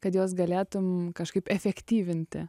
kad juos galėtum kažkaip efektyvinti